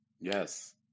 Yes